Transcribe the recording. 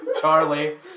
Charlie